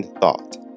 thought